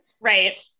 Right